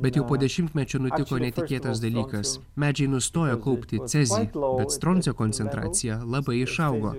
bet jau po dešimtmečio nutiko netikėtas dalykas medžiai nustoja kaupti cezį bet stroncio koncentracija labai išaugo